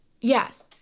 Yes